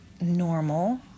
normal